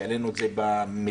שהעלינו את זה במליאה.